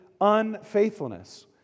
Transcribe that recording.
unfaithfulness